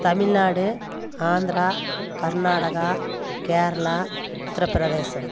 Tamil Nadu Andhra Karnataka Kerala Uttar Pradesh